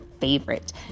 favorite